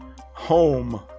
Home